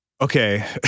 Okay